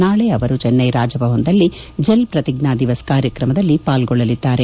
ನಾಳೆ ಅವರು ಚಿನ್ನೈ ರಾಜಭವನದಲ್ಲಿ ಜನ್ ಪ್ರತಿಜ್ಞಾ ದಿವಸ್ ಕಾರ್ಯತ್ರಮಗಳಲ್ಲಿ ಪಾಲ್ಗೊಳ್ಳಲಿದ್ದಾರೆ